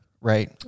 right